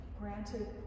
granted